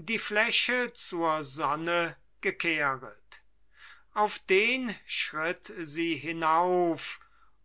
die fläche zur sonne gekehret auch den schritt sie hinauf